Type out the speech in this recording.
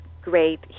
great